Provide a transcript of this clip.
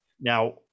now